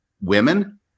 women